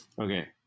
Okay